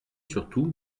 surtout